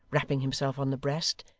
rapping himself on the breast.